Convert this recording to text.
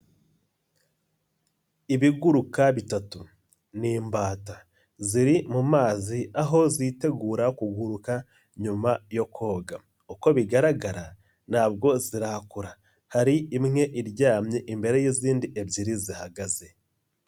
Ibiguruka bitatu ni imbata. Ziri mu mazi aho zitegura kuguruka nyuma yo koga uko bigaragara ntabwo zirakura. Hari imwe iryamye imbere y'izindi ebyiri zihagaze.